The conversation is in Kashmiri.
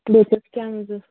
بیٚیہِ